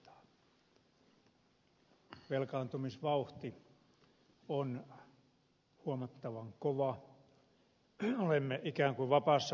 velkaantumisvauhti on huomattavan kova olemme ikään kuin vapaassa pudotuksessa